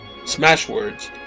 SmashWords